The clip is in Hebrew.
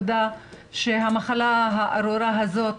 שהמחלה הארורה הזאת